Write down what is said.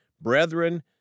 brethren